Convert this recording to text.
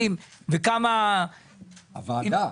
הוועדה.